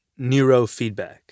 neurofeedback